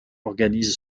organise